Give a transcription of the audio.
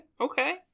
okay